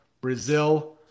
Brazil